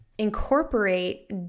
Incorporate